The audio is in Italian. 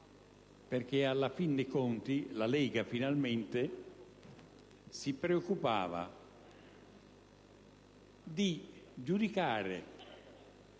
perché in fin dei conti la Lega finalmente si preoccupava di giudicare